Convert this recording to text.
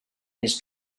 his